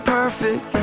perfect